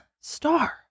star